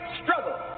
struggle